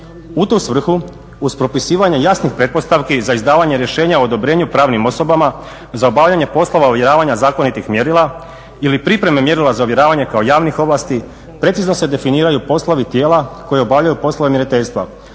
U tu svrhu uz propisivanje jasnih pretpostavki za izdavanje rješenja o odobrenju pravnim osobama za obavljanje poslova ovjeravanja zakonitih mjerila ili pripreme mjerila za ovjeravanje kao javnih ovlasti precizno se definiraju poslovi tijela koja obavljaju poslove mjeriteljstva,